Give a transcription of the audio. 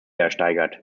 ersteigert